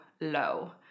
low